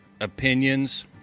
opinions